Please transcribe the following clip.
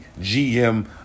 GM